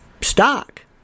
stock